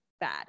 bad